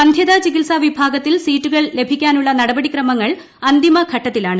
വന്ധ്യതാ ചികിത്സ വിഭാഗത്തിൽ സീറ്റുകൾ ലഭിക്കാനുള്ള നടപടിക്രമങ്ങൾ അന്തിമഘട്ടത്തിലാണ്